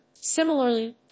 Similarly